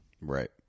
right